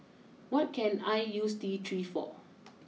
what can I use T three for